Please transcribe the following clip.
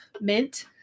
Mint